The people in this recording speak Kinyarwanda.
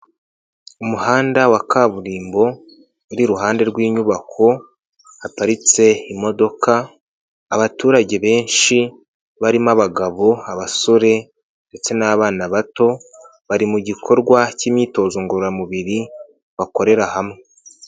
Umuhanda wa kaburimbo uri iruhande rw'inyubako, haparitse imodoka, abaturage benshi barimo abagabo, abasore ndetse n'abana bato, bari mu gikorwa cy'imyitozo ngororamubiri bakorera hamwe.